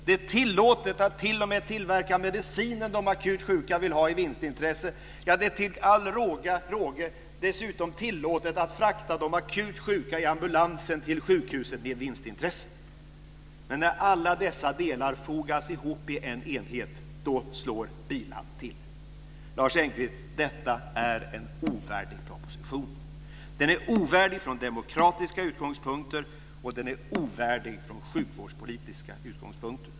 Det är t.o.m. tillåtet att tillverka medicinen de akut sjuka vill ha i vinstintresse. Det är till råga på allt dessutom tillåtet att frakta de akut sjuka i ambulans till sjukhus med vinstintresse. Men när alla dessa delar fogas ihop till en enhet slår bilan till! Detta är en ovärdig proposition, Lars Engqvist! Den är ovärdig från demokratiska utgångspunkter, och den är ovärdig från sjukvårdspolitiska utgångspunkter.